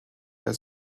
der